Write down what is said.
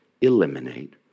eliminate